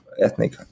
ethnic